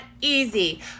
easy